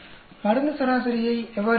மருந்து சராசரியை எவ்வாறு பெறுவது